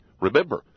Remember